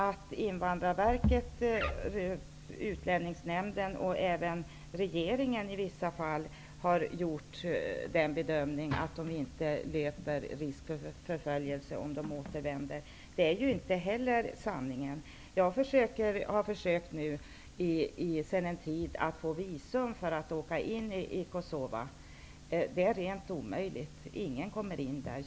Att Invandrarverket, Utlänningsnämnden och även regeringen i vissa fall har gjort bedömningen att personer inte löper risk för förföljelse om de återvänder överensstämmer inte heller med sanningen. Jag har sedan en tid tillbaka försökt få visum för att åka in i Kosova. Det är helt omöjligt. Ingen kommer in där.